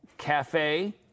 Cafe